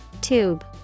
Tube